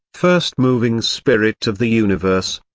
first moving spirit of the universe.